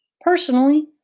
Personally